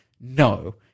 no